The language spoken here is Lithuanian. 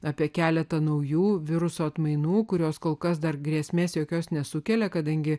apie keletą naujų viruso atmainų kurios kol kas dar grėsmės jokios nesukelia kadangi